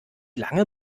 lange